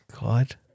God